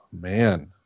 man